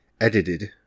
edited